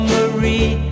Marie